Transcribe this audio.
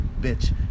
bitch